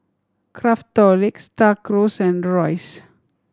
Craftholic Star Cruise and Royce